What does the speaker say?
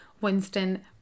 Winston